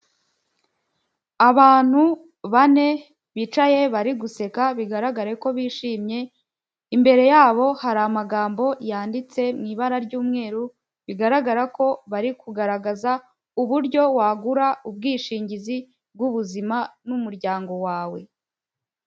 Abantu bane bicaye bari guseka bigaragare ko bishimye, imbere y'abo hari amagambo yanditse mu ibara ry'umweru, bigaragara ko bari kugaragaza uburyo wagura ubwishingizi bw'ubuzima n'umuryango wawe.